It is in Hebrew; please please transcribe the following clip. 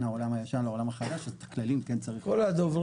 העולם הישן לעולם החדש ואת הכללים כן צריך לבטל.